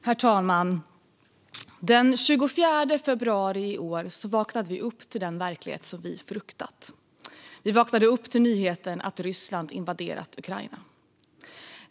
Herr talman! Den 24 februari i år vaknade vi upp till den verklighet som vi fruktat. Vi vaknade upp till nyheten att Ryssland invaderat Ukraina.